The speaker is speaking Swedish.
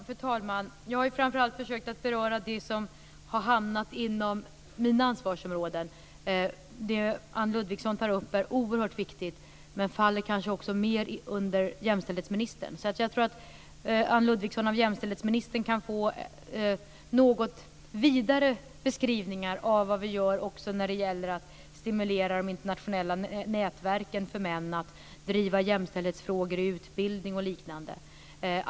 Fru talman! Jag har framför allt försökt beröra det som har hamnat inom mina ansvarsområden. Det som Anne Ludvigsson tar upp är oerhört viktigt, men det faller kanske mer under jämställdhetsministerns ansvar. Jag tror att Anne Ludvigsson av jämställdhetsministern kan få något vidare beskrivningar av vad vi gör också när det gäller att stimulera de internationella nätverken för män och att driva jämställdhetsfrågor i utbildning och liknande.